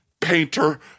painter